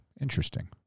Interesting